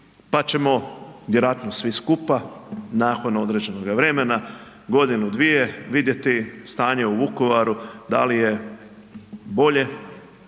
pa ćemo vjerojatno svi skupa nakon određenoga vremena, godinu, dvije vidjeti stanje u Vukovaru da li je bolje,